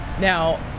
now